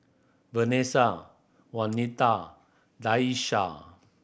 Vanesa Waneta Daisha